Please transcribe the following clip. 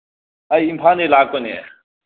ꯑꯩ ꯏꯝꯐꯥꯜꯗꯒꯤ ꯂꯥꯛꯄꯅꯦ